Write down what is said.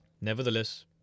Nevertheless